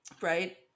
right